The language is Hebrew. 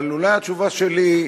אבל אולי התשובה שלי,